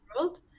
world